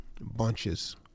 bunches